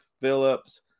Phillips